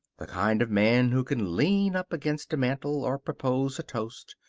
the kind of man who can lean up against a mantel, or propose a toast,